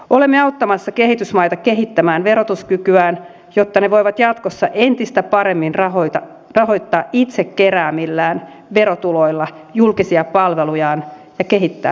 olemme auttamassa kehitysmaita kehittämään verotuskykyään jotta ne voivat jatkossa entistä paremmin rahoittaa itse keräämillään verotuloilla julkisia palvelujaan ja kehittää yhteiskuntiaan